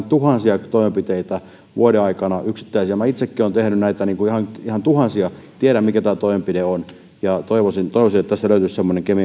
tuhansia yksittäisiä toimenpiteitä vuoden aikana minä itsekin olen tehnyt näitä tuhansia tiedän mikä tämä toimenpide on ja toivoisin että tässä löytyisi semmoinen